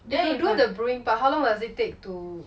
if you do the brewing part how long does it take to